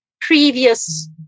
previous